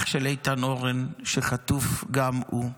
אח של איתן אורן, שחטוף גם הוא,